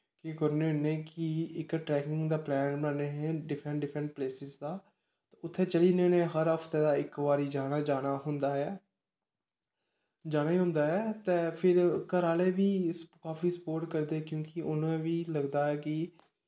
केह् करने होन्ने कि इक ट्रैकिंग दा प्लैन बनान्ने डिफ्रैंट डिफ्रैंट प्लेसिस दा ते उत्थें चली जन्ने होन्ने हफ्ते दे इक बारी जाना जाना होंदा ऐ जाना गै होंदा ऐ ते फिर घरै आह्ले बी काफी स्पोर्ट करदे क्योंकि उ'नेंगी बी लगदा ऐ कि